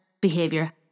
behavior